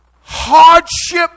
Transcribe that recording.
hardship